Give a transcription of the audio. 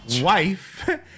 Wife